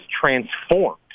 transformed